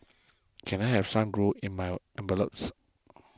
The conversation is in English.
can I have some glue in my envelopes